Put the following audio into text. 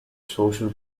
social